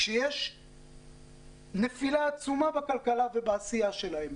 כשיש משבר כל כך גדול,